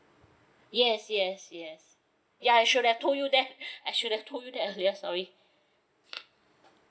yes yes yes ya I should have told you that I should have told you that earlier sorry